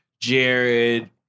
Jared